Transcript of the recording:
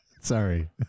sorry